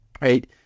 right